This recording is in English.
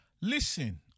Listen